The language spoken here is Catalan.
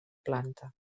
planta